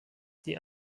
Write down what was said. die